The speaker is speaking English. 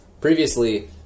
Previously